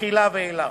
התחילה ואילך.